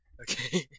Okay